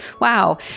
wow